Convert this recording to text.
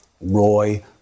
Roy